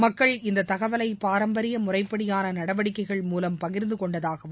மக்கள் இந்த தகவலை பாரம்பரிய முறைப்படியான நடவடிக்கைகள் மூலம் பகிர்ந்துகொண்டதாகவும்